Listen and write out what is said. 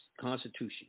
Constitution